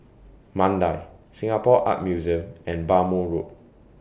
Mandai Singapore Art Museum and Bhamo Road